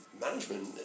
management